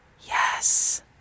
yes